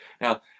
Now